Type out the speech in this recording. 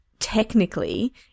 technically